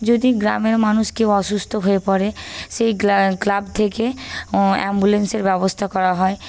যদি গ্রামের মানুষ কেউ অসুস্থ হয়ে পড়ে সেই ক্লাব থেকে অ্যাম্বুলেন্সের ব্যবস্থা করা হয়